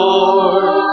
Lord